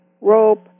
rope